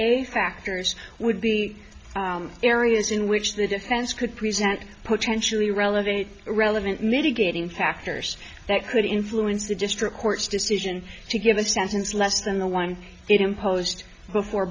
factors would be areas in which the defense could present potentially relevant relevant mitigating factors that could influence the district court's decision to give the sentence less than the one it imposed before